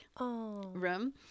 room